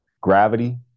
gravity